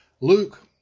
Luke